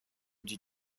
die